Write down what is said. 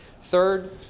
Third